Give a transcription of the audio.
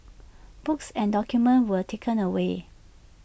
books and documents were taken away